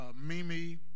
Mimi